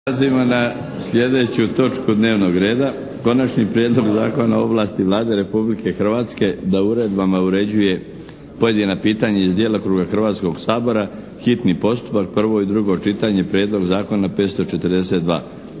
Prelazimo na sljedeću točku dnevnog reda 15. Prijedlog zakona o ovlasti Vlade Republike Hrvatske da uredbama uređuje pojedina pitanja iz djelokruga Hrvatskoga sabora, s Konačnim prijedlogom zakona,